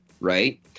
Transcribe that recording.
right